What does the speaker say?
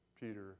Peter